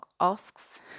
asks